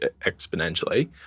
Exponentially